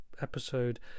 episode